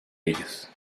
ellos